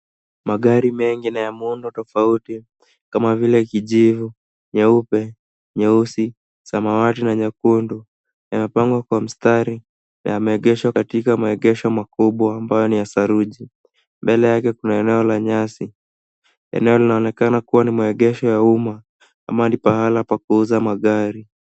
Magari mengi na ya muundo tafauti kama vile kijivu, nyeupe, nyeusi, samawati na nyekundu, yamepangwa kwa mistari yameegeshwa katika maegesho makubwa ambao ni ya saruji, mbale yake kuna eneo la nyasi, eneo linaonekana kuwa ni maegesho ya umma ama ni pahala pa kuuza magari.